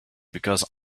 because